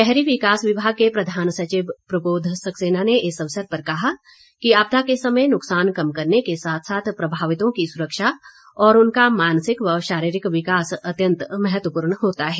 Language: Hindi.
शहरी विकास विभाग के प्रधान सचिव प्रबोध सक्सेना ने इस अवसर पर कहा कि आपदा के समय नुकसान कम करने के साथ साथ प्रभावितों की सुरक्षा और उनका मानसिक व शारीरिक विकास अत्यंत महत्वपूर्ण होता है